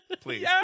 please